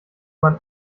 man